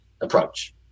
approach